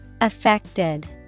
Affected